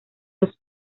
los